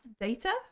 data